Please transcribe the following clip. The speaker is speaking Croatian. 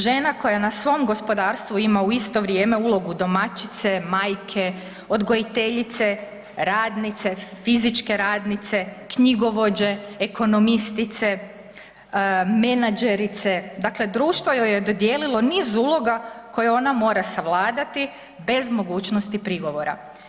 Žena koja na svom gospodarstvu ima u isto vrijeme ulogu domaćice, majke, odgojiteljice, radnice, fizičke radnice, knjigovođe, ekonomistice, menadžerice, dakle društvo joj je dodijelilo niz uloga koje ona mora savladati bez mogućnosti prigovora.